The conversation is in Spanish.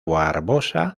barbosa